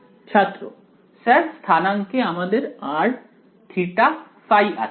ছাত্র স্যার স্থানাংকে আমাদের r θ ϕ আছে